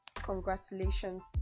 congratulations